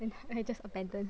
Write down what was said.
I just abandoned